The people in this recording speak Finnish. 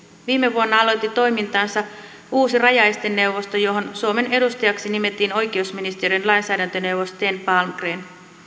viime vuonna aloitti toimintansa uusi rajaesteneuvosto johon suomen edustajaksi nimettiin oikeusministeriön lainsäädäntöneuvos sten palmgren